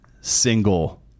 single